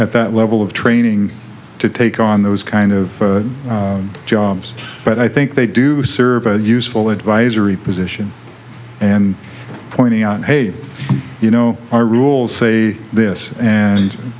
at that level of training to take on those kind of jobs but i think they do serve a useful advisory position and pointing out hey you know our rules say this and